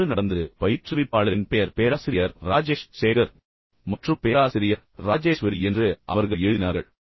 இந்த தவறு நடந்தது பயிற்றுவிப்பாளரின் பெயர் பேராசிரியர் ராஜேஷ் சேகர் மற்றும் பேராசிரியர் ராஜேஸ்வரி என்று அவர்கள் எழுதினார்கள்